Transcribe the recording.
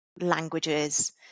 languages